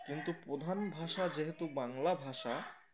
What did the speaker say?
কিন্তু প্রধান ভাষা যেহেতু বাংলা ভাষা